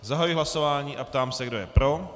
Zahajuji hlasování a ptám se, kdo je pro.